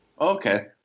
Okay